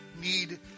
need